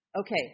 Okay